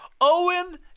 Owen